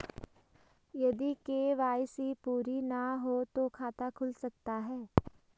यदि के.वाई.सी पूरी ना हो तो खाता खुल सकता है?